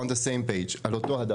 אז כולנו on the same page, על אותו הדף.